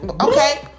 Okay